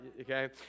okay